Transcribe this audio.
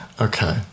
Okay